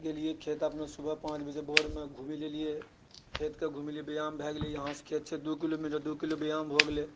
गेलिऐ खेत अपन सुबह पाँच बजे भोरमे घुमि लेलिऐ खेतके घुमि लेलिऐ व्यायाम भए गेलै खेत जे छै यहाँसँ दू किलोमीटर दू किलोमीटर व्यायाम भए गेलै